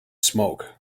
smoke